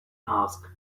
asked